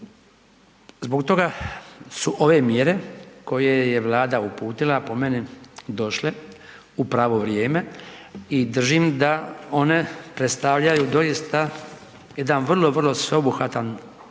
Zbog toga su ove mjere koje je Vlada uputila, po meni, došle u pravo vrijeme i držim da one predstavljaju doista jedan vrlo vrlo sveobuhvatan paket